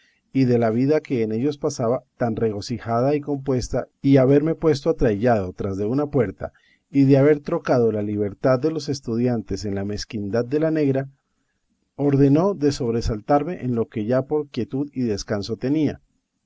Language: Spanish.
y de la vida que en ellos pasaba tan regocijada y compuesta y haberme puesto atraillado tras de una puerta y de haber trocado la liberalidad de los estudiantes en la mezquinidad de la negra ordenó de sobresaltarme en lo que ya por quietud y descanso tenía